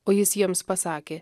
o jis jiems pasakė